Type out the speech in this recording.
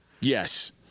Yes